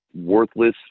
worthless